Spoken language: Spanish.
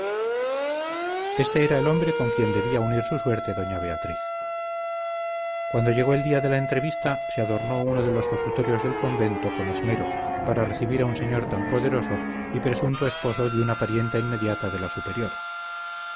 este era el hombre con quien debía unir su suerte doña beatriz cuando llegó el día de la entrevista se adornó uno de los locutorios del convento con esmero para recibir a un señor tan poderoso y presunto esposo de una parienta inmediata de la superiora